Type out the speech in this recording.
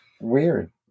weird